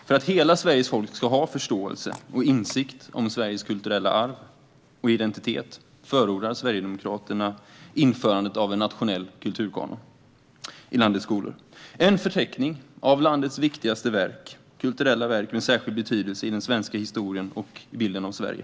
För att hela Sveriges folk ska ha förståelse för och insikt om Sveriges kulturella arv och identitet förordar Sverigedemokraterna införandet av en nationell kulturkanon i landets skolor, en förteckning över landets viktigaste kulturella verk med särskild betydelse i den svenska historien och bilden av Sverige.